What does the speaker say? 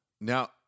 Now